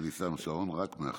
אני שם שעון רק מעכשיו.